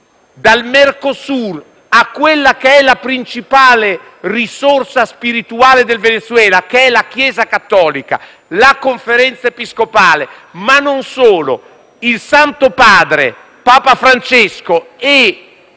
dal Mercosur a quella che è la principale risorsa spirituale del Venezuela, la Chiesa cattolica con la Conferenza episcopale. Non solo. Il Santo Padre, Papa Francesco, e